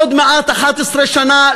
עוד מעט 11 שנה,